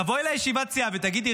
תבואי לישיבת הסיעה ותגידי,